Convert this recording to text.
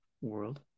world